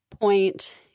point